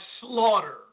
slaughter